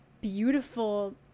beautiful